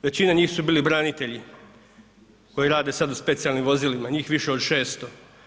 Većina njih su bili branitelji koji rade sad u specijalnim vozilima, njih više od 600.